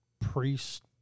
priest